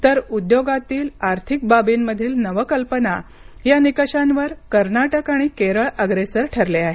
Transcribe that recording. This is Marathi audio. तर उद्योगातील आर्थिक बाबींमधील नवकल्पना या निकषांवर कर्नाटक आणि केरळ अग्रेसर ठरले आहेत